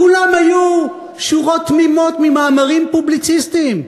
כולם היו שורות תמימות ממאמרים פובליציסטיים,